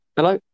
Hello